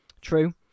True